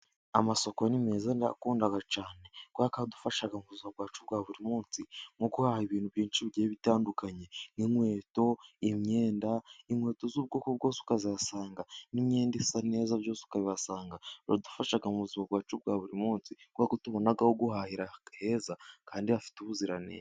Amasoko ni meza ndayakunda cyane kubera ko adufasha mubuzima bwacu bwa buri munsi nko guhaha ibintu byinshi bigiye bitandukanye nk'inkweto, imyenda, inkweto z'ubwoko bwose ukazihasanga n'imyenda isa neza byose ukabihasanga, biradufasha mubuzima bwacu bwa buri munsi, kubera ko tubona aho guhahira heza kand hafite ubuziranenge.